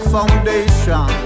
Foundation